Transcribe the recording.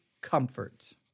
Comforts